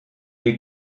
est